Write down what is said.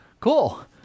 Cool